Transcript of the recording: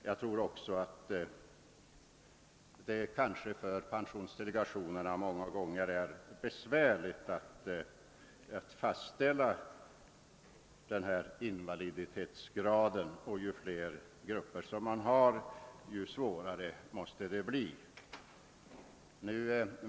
Jag tror att det för pensionsdelegationerna många gånger är besvärligt att fastställa denna, och ju fler grupper man har att ta hänsyn till, desta svårare måste det bli.